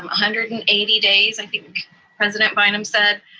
um hundred and eighty days, i think president bynum said,